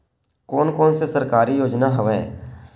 कोन कोन से सरकारी योजना हवय?